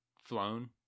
flown